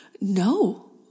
No